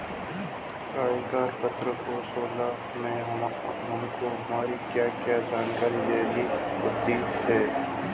आयकर प्रपत्र सोलह में हमको हमारी क्या क्या जानकारी देनी होती है?